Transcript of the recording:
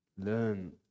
Learn